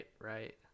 right